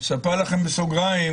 אספר לכם בסוגריים,